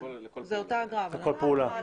לכל פעולה.